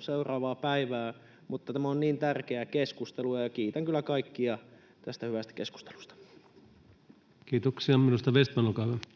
seuraavaa päivää, mutta tämä on niin tärkeää keskustelua, ja kiitän kyllä kaikkia tästä hyvästä keskustelusta. [Speech 387] Speaker: